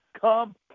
come